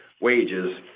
wages